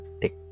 take